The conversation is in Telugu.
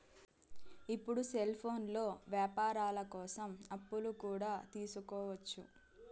ఇప్పుడు సెల్ఫోన్లో వ్యాపారాల కోసం అప్పులు కూడా తీసుకోవచ్చు